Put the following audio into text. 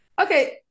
Okay